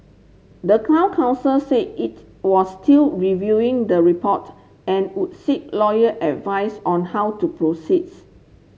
the town council say it was still reviewing the report and would seek lawyer advice on how to proceeds